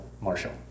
Marshall